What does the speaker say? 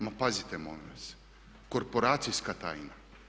Ma pazite molim vas, korporacijska tajna.